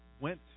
went